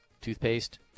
toothpaste